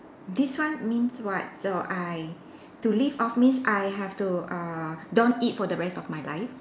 this one means what so I to live off means I have to err don't eat for the rest of my life